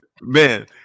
man